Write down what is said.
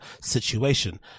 situation